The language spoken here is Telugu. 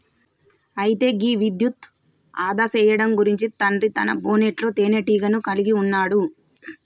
అయితే గీ విద్యుత్ను ఆదా సేయడం గురించి తండ్రి తన బోనెట్లో తీనేటీగను కలిగి ఉన్నాడు